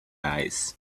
eyes